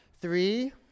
Three